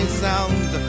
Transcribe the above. sound